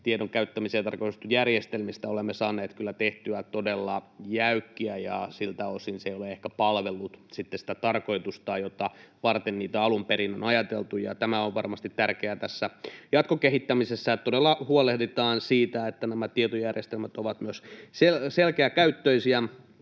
tiedon käyttämiseen tarkoitetuista järjestelmistä olemme saaneet kyllä tehtyä todella jäykkiä, ja siltä osin ne eivät ole sitten ehkä palvelleet sitä tarkoitustaan, jota varten niitä alun perin on ajateltu. Se on varmasti tärkeää tässä jatkokehittämisessä, että todella huolehditaan siitä, että nämä tietojärjestelmät ovat myös selkeäkäyttöisiä